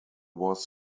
was